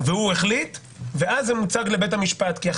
ורק אז זה יוצג לבית המשפט שדן בתיק.